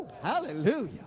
Hallelujah